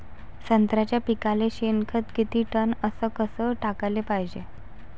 संत्र्याच्या पिकाले शेनखत किती टन अस कस टाकाले पायजे?